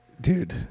Dude